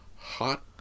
Hot